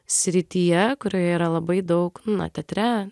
srityje kurioje yra labai daug na teatre